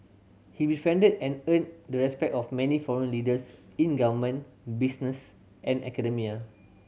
he befriended and earned the respect of many foreign leaders in government business and academia